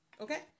Okay